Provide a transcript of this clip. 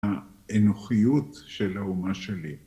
האנוכיות של האומה שלי